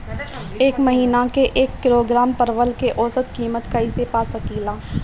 एक महिना के एक किलोग्राम परवल के औसत किमत कइसे पा सकिला?